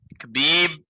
Khabib